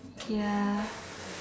ya